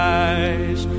eyes